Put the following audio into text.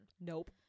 Nope